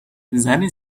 زنی